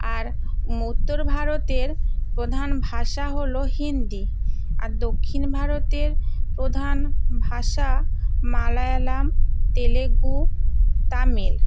আর উত্তর ভারতের প্রধান ভাষা হলো হিন্দি আর দক্ষিণ ভারতের প্রধান ভাষা মালায়ালম তেলেগু তামিল